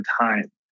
time